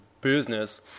business